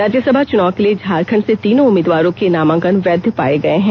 राज्यसभा चुनाव के लिए झारखंड से तीनों उम्मीदवारों के नामांकन वैध पाय गये हैं